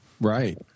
right